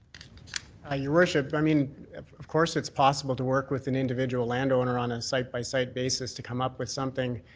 ah your worship, i mean of course it's possible to work with an individual landowner on a and site by site basis to come up with something.